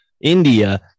India